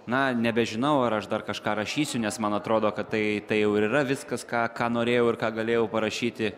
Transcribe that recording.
na nebežinau ar aš dar kažką rašysiu nes man atrodo kad tai tai jau yra viskas ką ką norėjau ir ką galėjau parašyti